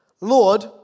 Lord